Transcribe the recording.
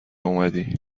اومدی